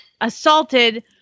assaulted